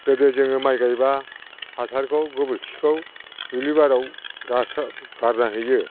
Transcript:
गोदो जोङो माइ गायब्ला हासारखौ गोबोरखिखौ दुब्लि बारियाव गारसोम गारना हैयो